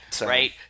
right